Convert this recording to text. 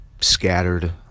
scattered